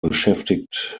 beschäftigt